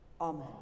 Amen